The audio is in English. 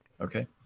Okay